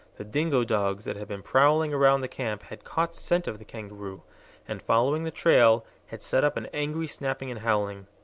the dingo dogs that had been prowling around the camp, had caught scent of the kangaroo and, following the trail, had set up an angry snapping and howling.